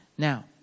Now